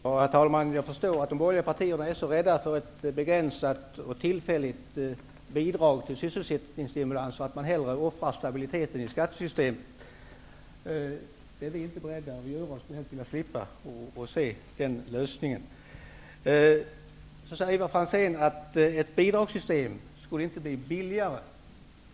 Herr talman! Jag förstår att de borgerliga partierna är så rädda för ett begränsat och tillfälligt bidrag till sysselsättningsstimulanser att man hellre offrar stabiliteten i skattesystemet. Det är vi inte beredda att göra. Vi skulle helst vilja slippa se den lösningen. Ivar Franzén säger att ett bidragssystem inte skulle bli billigare.